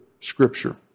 Scripture